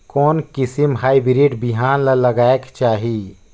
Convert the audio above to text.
कोन किसम हाईब्रिड बिहान ला लगायेक चाही?